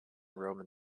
roman